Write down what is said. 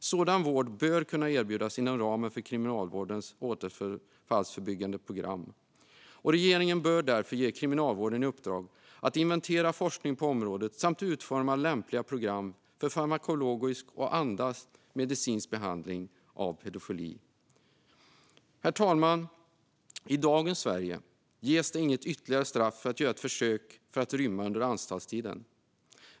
Sådan vård bör kunna erbjudas inom ramen för kriminalvårdens återfallsförebyggande program. Regeringen bör därför ge Kriminalvården i uppdrag att inventera forskning på området samt utforma lämpliga program för farmakologisk och annan medicinsk behandling av pedofiler. Herr talman! I dagens Sverige ger det inget ytterligare straff att rymma eller försöka rymma under anstaltstiden.